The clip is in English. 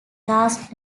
last